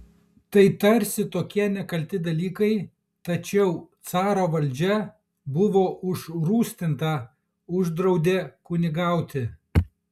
tai tarsi tokie nekalti dalykai tačiau caro valdžia buvo užrūstinta uždraudė kunigauti